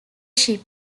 ship